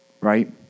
right